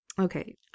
Okay